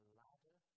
ladder